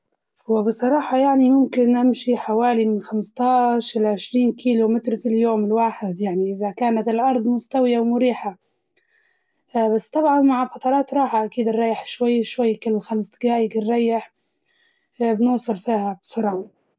هو بصراحة يعني ممكن أمشي حوالي من خمسة عشر إلى عشرين كيلو متر في اليوم الواحد، يعني إزا كانت الأرض مستوية ومريحة بس طبعاً مع فترات راحة كدة نريح شوية شوي كل خمس دقايق نريح بنوصل فيها بسرعة.